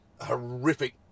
horrific